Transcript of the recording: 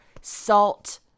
salt –